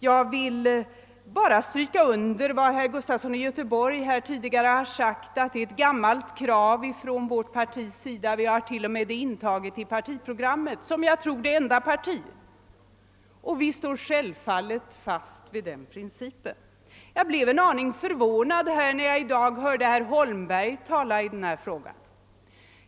Jag vill stryka under vad herr Gustafson i Göteborg tidigare har sagt, att detta är ett gammalt krav från folkpartiets sida. Vi har t.o.m. — jag tror såsom det enda partiet — intagit det i partiprogrammet, och självfallet håller vi fast vid principen. Jag blev litet förvånad när jag i dag hörde herr Holmberg tala i denna fråga.